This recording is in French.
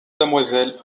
demoiselle